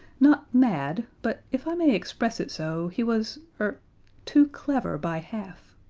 not mad but if i may express it so, he was er too clever by half.